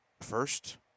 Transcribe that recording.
first